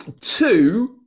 two